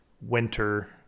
winter